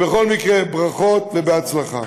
בכל מקרה, ברכות ובהצלחה.